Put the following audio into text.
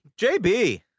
JB